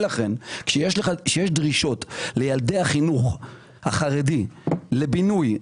כשיש דרישות לילדי החינוך החרדי לבינוי,